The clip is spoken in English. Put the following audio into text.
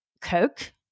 Coke